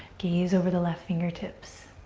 gaze over the left fingertips.